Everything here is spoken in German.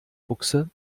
buchse